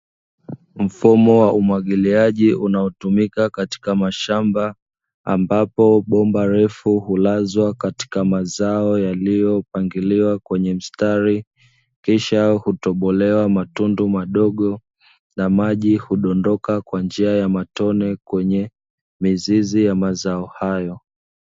Mfumo wa umwagiliaji unaotumika katika mashamba ambapo bomba refu hulazwa katika mazao yaliyopangiliwa kwenye mstari, kisha hutobolewa matundu madogo na maji hudondoka kwa njia ya matone kwenye mizizi ya mazao hayo.